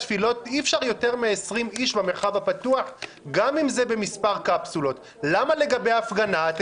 אי אפשר את אותו דבר להגיד לגבי הפגנה?